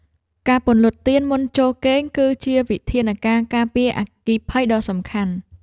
ការពន្លត់ទៀនមុនពេលចូលគេង គឺជាវិធានការការពារអគ្គិភ័យដ៏សំខាន់។